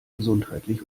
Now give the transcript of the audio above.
gesundheitlich